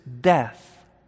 death